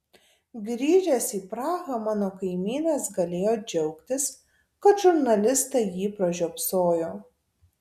grįžęs į prahą mano kaimynas galėjo džiaugtis kad žurnalistai jį pražiopsojo